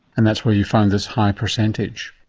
and that's where you found this high percentage?